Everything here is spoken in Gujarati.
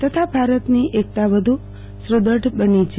તથા ભારતની એકતા વધુ સુદઢ બની છે